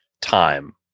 time